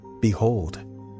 Behold